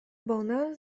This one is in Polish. bona